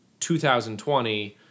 2020